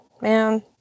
man